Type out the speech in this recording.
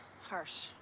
harsh